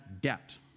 debt